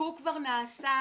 החיקוק כבר נעשה,